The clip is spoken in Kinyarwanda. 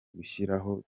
gushyiraho